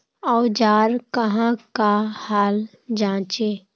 औजार कहाँ का हाल जांचें?